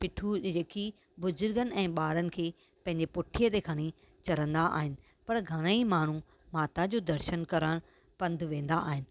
पिट्ठूअ जी जेकी बुज़ुर्गनि ऐं ॿारनि खे पंहिंजे पुठीअ ते खणी चणंदा आहिनि पर घणेई माण्हू माता जो दर्शनु करण पंधु वेंदा आहिनि